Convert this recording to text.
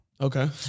Okay